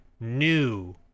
New